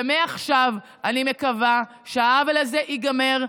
ומעכשיו אני מקווה שהעוול הזה ייגמר,